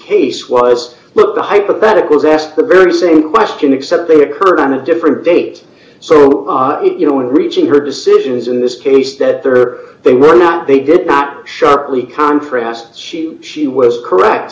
case was but the hypotheticals asked the very same question except they occurred on a different date so it you know in reaching her decisions in this case that there they were not they did not sharply contrast she she was correct